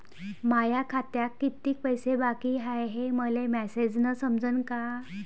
माया खात्यात कितीक पैसे बाकी हाय हे मले मॅसेजन समजनं का?